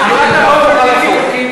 סליחה, זה